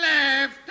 left